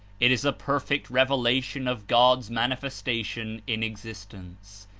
it is a perfect revelation of god's manifestation in exist ence,